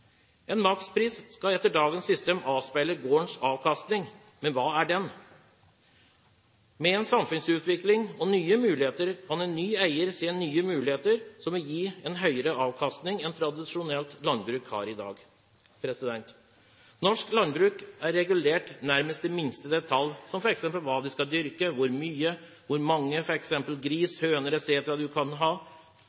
En makspris skal etter dagens system avspeile gårdens avkastning, men hva er den? Med en samfunnsutvikling og med nye muligheter kan en ny eier se nye muligheter, som vil gi en høyere avkastning enn det tradisjonelt landbruk har i dag. Norsk landbruk er regulert nærmest i minste detalj. Det gjelder f.eks. hva og hvor mye en kan dyrke, og hvor mange